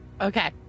Okay